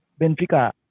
Benfica